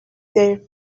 their